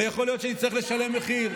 ויכול להיות שנצטרך לשלם מחיר.